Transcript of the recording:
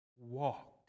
walked